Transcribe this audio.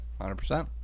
100%